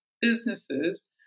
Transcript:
businesses